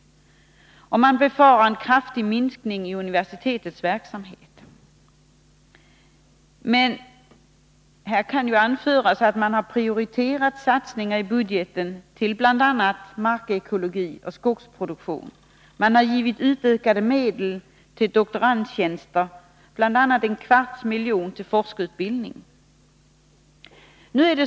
I motionen sägs att man befarar en kraftig minskning av universitetets verksamhet. Här kan anföras att regeringen har prioriterat satsningar på bl.a. markekologi och skogsproduktion. Utökade medel har anslagits till doktorandtjänster, bl.a. en kvarts miljon till forskarutbildning.